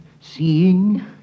seeing